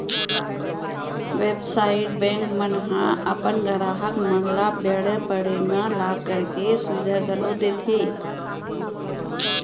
बेवसायिक बेंक मन ह अपन गराहक मन ल बेरा पड़े म लॉकर के सुबिधा घलौ देथे